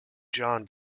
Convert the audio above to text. john